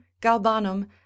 galbanum